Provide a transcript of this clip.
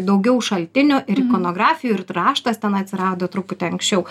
daugiau šaltinių ir ikonografijų ir raštas ten atsirado truputį anksčiau